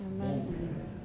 Amen